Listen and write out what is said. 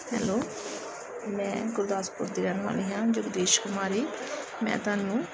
hello ਮੈਂ ਗੁਰਦਾਸਪੁਰ ਦੀ ਰਹਿਣ ਵਾਲੀ ਹਾਂ ਜਗਦੀਸ਼ ਕੁਮਾਰੀ ਮੈਂ ਤੁਹਾਨੂੰ